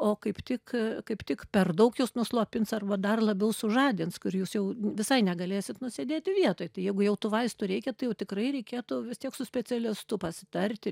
o kaip tik kaip tik per daug jus nuslopins arba dar labiau sužadins kur jūs jau visai negalėsit nusėdėti vietoj tai jeigu jau tų vaistų reikia tai jau tikrai reikėtų vis tiek su specialistu pasitarti